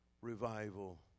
revival